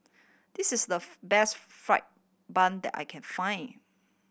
this is the best fried bun that I can find